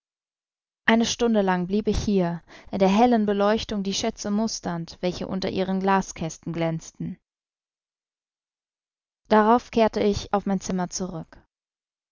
eine stunde lang blieb ich hier in der hellen beleuchtung die schätze musternd welche unter ihren glaskästen glänzten darauf kehrte ich auf mein zimmer zurück